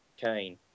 Kane